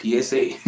PSA